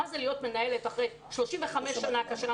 מה זה להיות מנהלת אחרי 35 שנים.